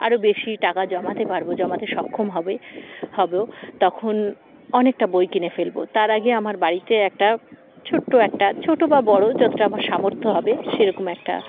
আরও বেশি টাকা জমাতে পারবো জমাতে সক্ষম হবে হব তখন অনেকটা বই কিনে ফেলব তার আগে আমার বাড়িতে একটা ছোট্টো একটা ছোটো বা বড়ো যতটা আমার সামর্থ্য হবে সেরকম একটা